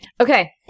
Okay